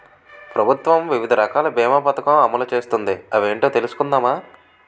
ప్రభుత్వం వివిధ రకాల బీమా పదకం అమలు చేస్తోంది అవేంటో కనుక్కుందామా?